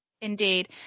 Indeed